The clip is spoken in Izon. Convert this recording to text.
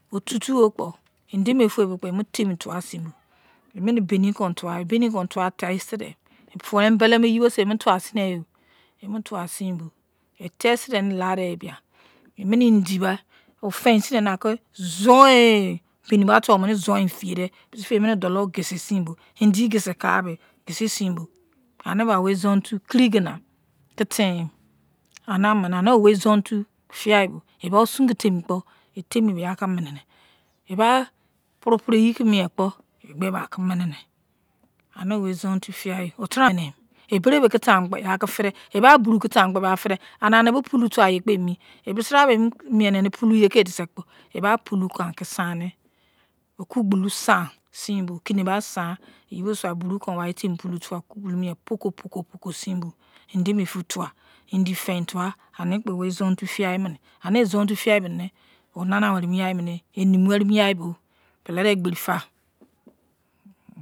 Otutu wei bo kpo endemefun kpoboenw tuwa teimi sinebei emine beni kon tuwa evening kon tuwa seinebei testidei tuwa embele mo yi bosei mo tuwa sinbo emine, etesti nei laimi yeba emine indi bo kon tuasinbo ofein sein emini kon aki beni tuwa bo zoin fiyedei emine indi kon kisin sin bo, indi kon kisin kai kisin sin bo aneba wei izon-otu kirigina kon tiemi anemene anewe izona otun figai bo eba osun kon mini doumise eba teimo be eminide bai puru puru eyi kon minekpo eba mie bo eminidei anewe izon-otu fiyai oh eba beribe kon taimo kpo yei ki fidei eba buru ki taimo kpo yei ki fidei anibo pulu tuwaye kon ediseikpo yo miebo yai kon fidei kon ediseikpo yo miebo yai kon fidei kon gbulu ansan sinbo, okine ba san yeibo sin pulu kon tuwa mie opuko opuko sein bo edemefu tuwa, indi tuwa beni tuwa anikpo wei izon otun otun fiyai mimine onana werimiyaimi enumuwenic yaibo pelele egberifa.